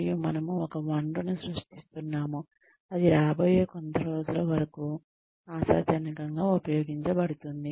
మరియు మనము ఒక వనరును సృష్టిస్తున్నాము అది రాబోయే కొంత రోజుల వరకు ఆశాజనకంగా ఉపయోగించబడుతుంది